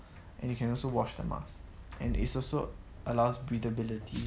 and you can also wash the mask and it also allows breath-ability